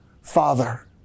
Father